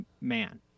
man